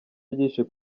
ryinshi